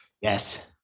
Yes